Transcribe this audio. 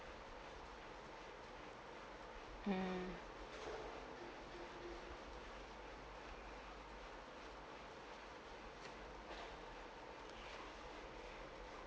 mm